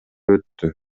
өттү